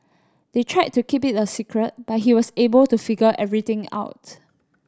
they tried to keep it a secret but he was able to figure everything out